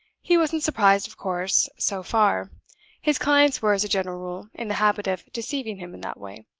he wasn't surprised, of course, so far his clients were, as a general rule, in the habit of deceiving him in that way.